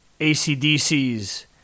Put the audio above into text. ACDC's